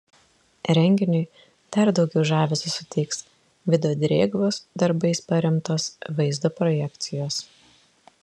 renginiui dar daugiau žavesio suteiks vido drėgvos darbais paremtos vaizdo projekcijos